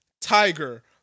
tiger